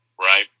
Right